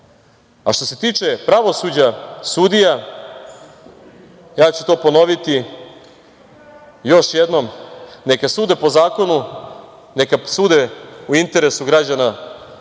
što se tiče pravosuđa, sudija, ja ću to ponoviti još jednom, neka sude po zakonu, neka sude u interesu građana